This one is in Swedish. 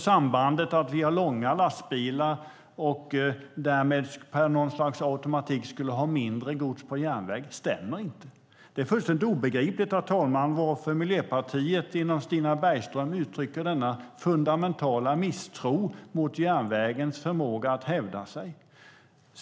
Sambandet mellan långa lastbilar och att vi per något slags automatik skulle ha mindre gods på järnväg stämmer inte. Det är fullständigt obegripligt, herr talman, varför Miljöpartiet genom Stina Bergström uttrycker denna fundamentala misstro mot järnvägens förmåga att hävda sig.